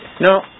No